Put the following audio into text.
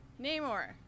Namor